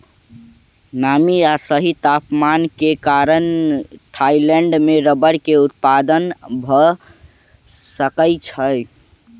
नमी आ सही तापमान के कारण थाईलैंड में रबड़ के उत्पादन भअ सकै छै